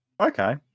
Okay